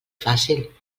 fàcil